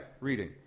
reading